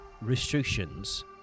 restrictions